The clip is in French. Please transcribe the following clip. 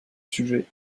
sujet